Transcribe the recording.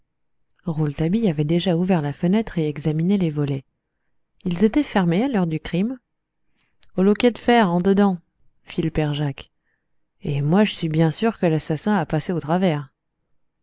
rouletabille avait déjà ouvert la fenêtre et examiné les volets ils étaient fermés à l'heure du crime au loquet de fer en dedans fit le père jacques et moi j'suis bien sûr que l'assassin a passé au travers